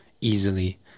easily